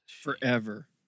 Forever